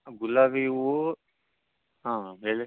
ಗುಲಾಬಿ ಹೂವು ಹಾಂ ಹೇಳಿ